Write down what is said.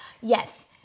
Yes